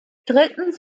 drittens